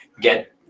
get